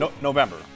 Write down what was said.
November